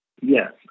Yes